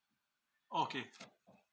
okay